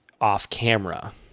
off-camera